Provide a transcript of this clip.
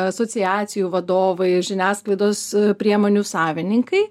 asociacijų vadovai žiniasklaidos priemonių savininkai